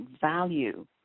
value